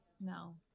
no